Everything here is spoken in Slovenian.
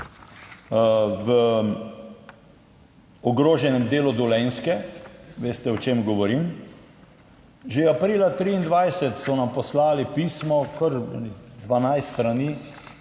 v ogroženem delu Dolenjske Veste, o čem govorim? Že aprila 2023 so nam poslali pismo, kar 12 strani,